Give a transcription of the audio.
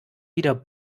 wieder